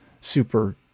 super